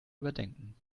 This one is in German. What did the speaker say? überdenken